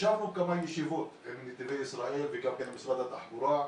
ישבנו בכמה ישיבות עם נתיבי ישראל וגם עם משרד התחבורה.